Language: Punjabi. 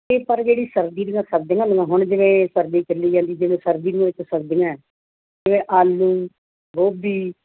ਅਤੇ ਪਰ ਜਿਹੜੀ ਸਰਦੀ ਦੀਆਂ ਸਰਦੀਆਂ ਵਾਲੀਆਂ ਹੁਣ ਜਿਵੇਂ ਸਰਦੀ ਚਲੀ ਜਾਂਦੀ ਜਿਵੇਂ ਸਰਦੀ ਦੇ ਵਿੱਚ ਸਬਜ਼ੀਆਂ ਹੈ ਜਿਵੇਂ ਆਲੂ ਗੋਭੀ